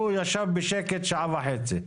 הוא ישב בשקט שעה וחצי.